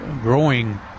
growing